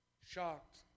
shocked